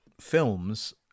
films